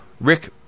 Rick